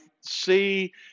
see